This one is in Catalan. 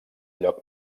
lloc